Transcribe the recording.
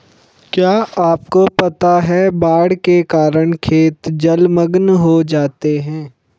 क्या आपको पता है बाढ़ के कारण खेत जलमग्न हो जाते हैं?